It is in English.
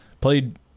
played